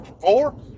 four